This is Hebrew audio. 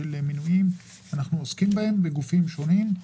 מינויים שאנחנו עוסקים בהם בגופים שונים.